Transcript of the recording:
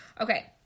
Okay